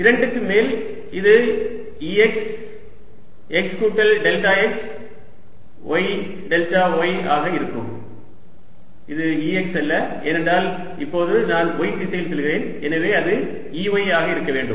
2 க்கு மேல் இது Ex x கூட்டல் delta x y delta y ஆக இருக்கும் இது Ex அல்ல ஏனென்றால் இப்போது நான் y திசையில் செல்கிறேன் எனவே அது Ey ஆக இருக்க வேண்டும்